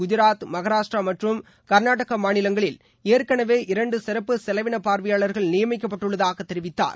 குஜராத் மகாராஷ்டிரா மற்றும் கர்நாடகா மாநிலங்களில் ஏற்கெனவே இரண்டு சிறப்பு செலவினப்பார்வையாளர்கள் நியமிக்கப்பட்டுள்ளதாக தெரிவித்தார்